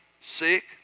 sick